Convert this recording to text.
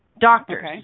doctors